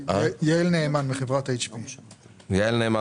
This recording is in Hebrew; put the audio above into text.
יעל נאמן, בבקשה.